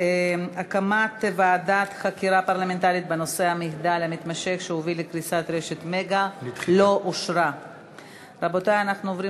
42. אנחנו עוברים